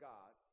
God